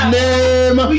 name